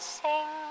sing